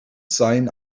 seien